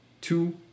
two